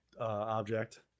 object